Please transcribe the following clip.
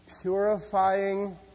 purifying